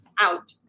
out